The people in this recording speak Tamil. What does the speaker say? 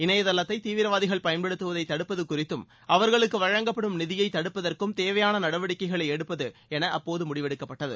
இணையதளத்தை தீவிரவாதிகள் பயன்படுத்துவதை தடுப்பது குறித்தும் அவர்களுக்கு வழங்கப்படும் நிதியை தடுப்பதற்கும் தேவையான நடவடிக்கைகளை எடுப்பது என அப்போது முடிவெடுக்கப்பட்டது